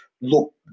look